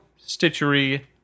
Stitchery